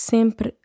Sempre